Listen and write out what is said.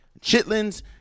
chitlins